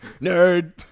Nerd